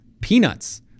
peanuts